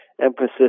emphasis